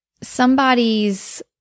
somebody's